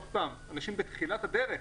שוב, מדובר באנשים שנמצאים בתחילת הדרך.